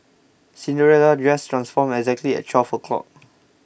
Cinderella's dress transformed exactly at twelve o' clock